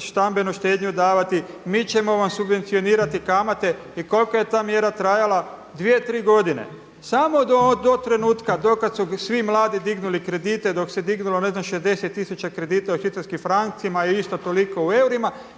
stambenu štednju davati, mi ćemo vam subvencionirati kamate i koliko je ta mjera trajala? 2, 3 godine, samo do trenutka do kad su svi mladi dignuli kredite, dok se dignulo ne zna 60 tisuća kredita u švicarskim francima i isto toliko u eurima.